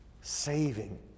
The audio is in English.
saving